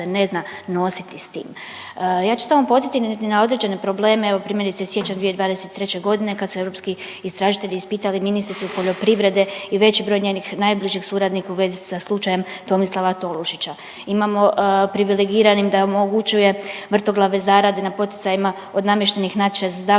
ne zna nositi sa tim. Ja ću podsjetiti na određene probleme, evo primjerice siječanj 2023. godine kad su europski istražitelji ispitali ministricu poljoprivrede i veći broj njenih najbližih suradnika u vezi sa slučajem Tomislava Tolušića. Imamo privilegiranim da omogućuje vrtoglave zarade na poticajima od namještenih natječaja za zakup